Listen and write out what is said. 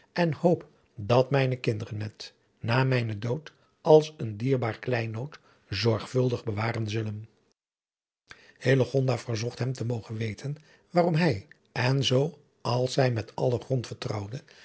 en hoop dat mijne kinderen het na mijnen dood als een dierbaar kleinood zorgvuldig bewaren zullen hillegonda verzocht hem te mogen weten waarom hij en zoo als zij met allen grond vertrouwde